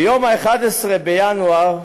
ב-11 בינואר